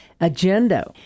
agenda